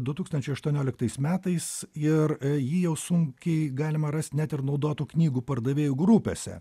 du tūkstančiai aštuoniolitais metais ir jį jau sunkiai galima rast net ir naudotų knygų pardavėjų grupėse